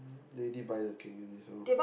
they already buy the cake already so